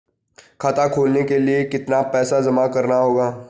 खाता खोलने के लिये कितना पैसा जमा करना होगा?